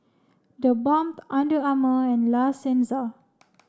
theBalm Under Armour and La Senza